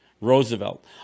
Roosevelt